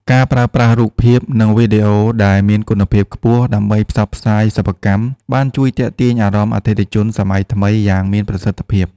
ការប្រើប្រាស់រូបភាព និងវីដេអូដែលមានគុណភាពខ្ពស់ដើម្បីផ្សព្វផ្សាយសិប្បកម្ម បានជួយទាក់ទាញអារម្មណ៍អតិថិជនសម័យថ្មីយ៉ាងមានប្រសិទ្ធភាព។